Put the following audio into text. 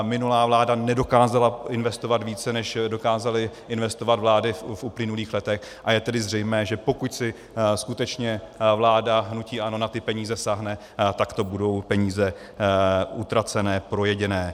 Minulá vláda nedokázala investovat více, než dokázaly investovat vlády v uplynulých letech, a je tedy zřejmé, že pokud si skutečně vláda hnutí ANO na ty peníze sáhne, tak to budou peníze utracené, projedené.